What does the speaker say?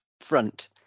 front